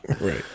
Right